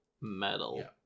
metal